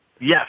Yes